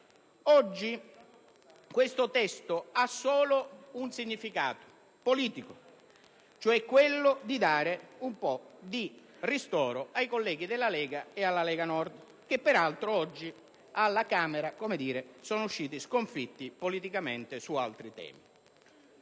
Ora questo testo ha solo un significato politico: dare un po' di ristoro ai colleghi della Lega Nord, che peraltro oggi alla Camera sono usciti sconfitti politicamente su altri temi.